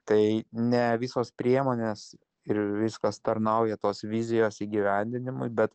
tai ne visos priemonės ir viskas tarnauja tos vizijos įgyvendinimui bet